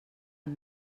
amb